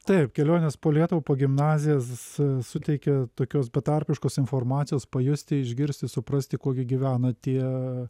taip kelionės po lietuvą po gimnazijas suteikia tokios betarpiškos informacijos pajusti išgirsti suprasti kuo gi gyvena tie